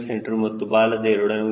c ಮತ್ತು ಬಾಲದ a